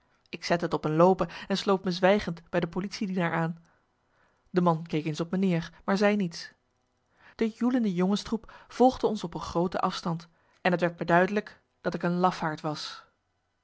ik zette t op een loopen en sloot me zwijgend bij de politiedienaar aan de man keek eens op me neer maar zei niets marcellus emants een nagelaten bekentenis de joelende jongenstroep volgde ons op een groote afstand en het werd me duidelijk dat ik een lafaard was